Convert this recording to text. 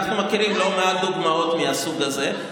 ואנחנו מכירים לא מעט דוגמאות מהסוג הזה.